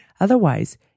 Otherwise